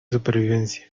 supervivencia